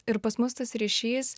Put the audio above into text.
ir pas mus tas ryšys